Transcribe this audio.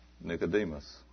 Nicodemus